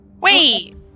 Wait